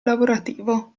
lavorativo